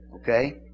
okay